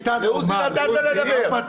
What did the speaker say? לעוזי נתת לדבר.